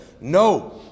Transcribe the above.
No